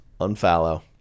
Unfallow